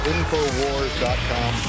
InfoWars.com